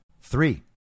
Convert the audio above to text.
Three